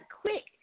quick